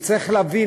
צריך להבין,